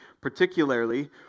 particularly